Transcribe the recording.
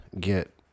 get